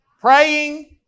Praying